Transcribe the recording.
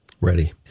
Ready